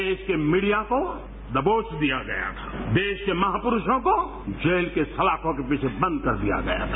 देश के मीडिया को दबोच दिया गया था देश के महापुरूषों को जेल की सलाखों के पीछे बंद कर दिया गया था